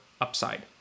upside